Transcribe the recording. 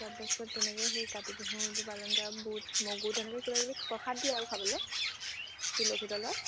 তাৰপাছত তেনেকে সেই কাতি বিহুটো পালন কৰে বুট মগু তেনেকে কিবা কিবি প্ৰসাদ দিয়ে আৰু খাবলে তুলসী তলত